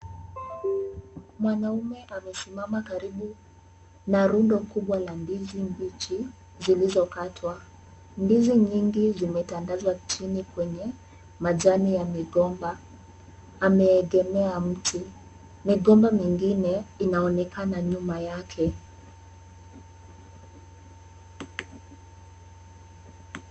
Mwanaume amesimama karibu na rundo kubwa la ndizi mbichi zilizokatwa. Ndizi nyingi zimetandazwa chini kwenye majani ya migomba. Ameegemea mti, migomba mingine inaonekana nyuma yake.